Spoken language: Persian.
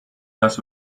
لاس